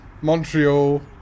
montreal